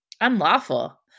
Unlawful